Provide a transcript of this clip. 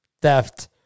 theft